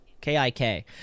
K-I-K